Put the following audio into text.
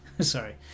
Sorry